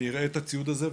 אני אראה את הציוד הזה,